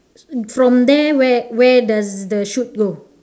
from there where where does the shoot go